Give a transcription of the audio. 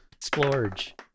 splurge